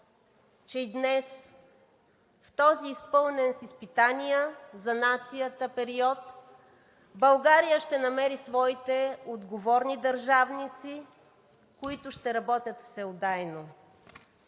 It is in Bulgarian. че и днес, в този изпълнен с изпитания за нацията период, България ще намери своите отговорни държавници, които ще работят всеотдайно.